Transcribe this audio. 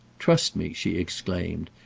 trust me! she exclaimed,